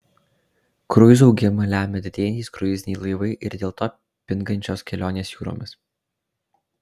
kruizų augimą lemia didėjantys kruiziniai laivai ir dėl to pingančios kelionės jūromis